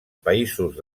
països